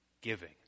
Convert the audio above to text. giving